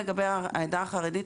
לגבי העדה החרדית.